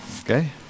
okay